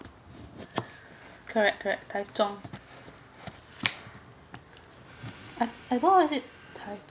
correct correct taichung I I thought was it